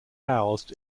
housed